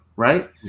Right